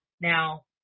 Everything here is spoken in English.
Now